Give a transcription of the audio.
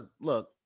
look